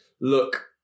look